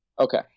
okay